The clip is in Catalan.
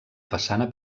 façana